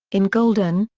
in golden,